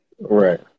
Right